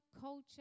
culture